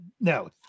No